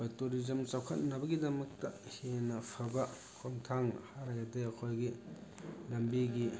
ꯑꯩꯈꯣꯏ ꯇꯨꯔꯤꯖꯝ ꯆꯥꯎꯈꯠꯅꯕꯒꯤꯗꯃꯛꯇ ꯍꯦꯟꯅ ꯐꯕ ꯈꯣꯡꯊꯥꯡ ꯍꯥꯏꯔꯒꯗꯤ ꯑꯩꯈꯣꯏꯒꯤ ꯂꯝꯕꯤꯒꯤ